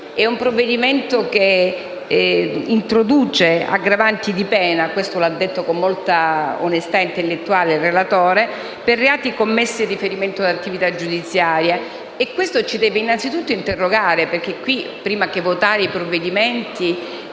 di un provvedimento che introduce aggravanti di pena - come ha detto con molta onestà intellettuale il relatore - per i reati commessi in riferimento ad attività giudiziarie. Questo ci deve innanzitutto interrogare, perché qui, prima di votare i provvedimenti,